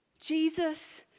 Jesus